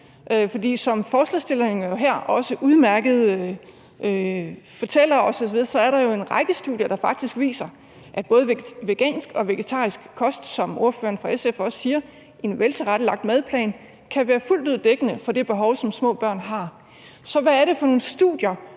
For som forslagsstilleren også her udmærket fortæller, er der jo en række studier, der faktisk viser, at både vegansk og vegetarisk kost, som ordføreren fra SF også siger, i en veltilrettelagt madplan kan være fuldt ud dækkende for det behov, som små børn har. Så hvad er det for nogle studier,